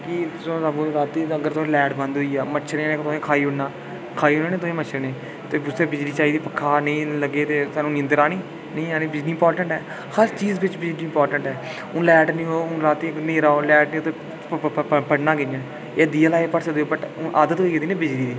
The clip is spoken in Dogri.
की चलो रातीं अगर लैट बंद होई जा मच्छरें तुसें ई खाई ओड़ना खाई ओड़ना निं तुसें ई मच्छरे ने ते उ'त्थें बिजली चाहिदी पक्खा नेईं लग्गे ते सानूं नींदर आनी नेईं आनी बिजली इम्पार्टेंट ऐ हर चीज़ बिच बिजली इम्पार्टेन्ट ऐ हून लैट निं होग रातीं न्हेरा होग पढ़ना कि'यां ऐ दीया लाई पढ़ी सकदे ओ वट् हून आदत होई दी ना बिजली दी